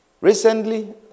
Recently